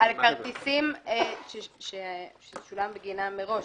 על כרטיסים ששולם בגינם מראש,